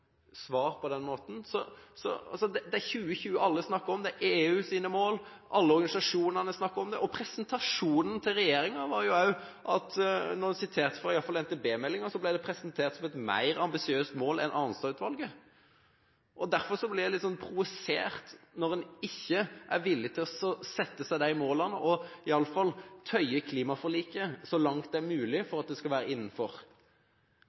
Det er 2020 alle snakker om. Det er EUs mål, og alle organisasjonene snakker om det. Også da regjeringen siterte fra iallfall NTB-meldingen, ble målet presentert som mer ambisiøst enn Arnstad-utvalgets. Derfor blir jeg litt provosert når man ikke er villig til å sette seg disse målene, eller iallfall tøyer klimaforliket så langt det er mulig for at det skal være innenfor.